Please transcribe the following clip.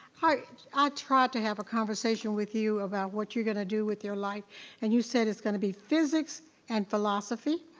i tried to have a conversation conversation with you about what you're gonna do with your life and you said it's gonna be physics and philosophy.